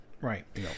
Right